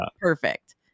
perfect